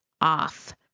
off